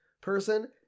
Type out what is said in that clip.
person